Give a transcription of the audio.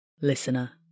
listener